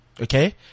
Okay